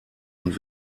und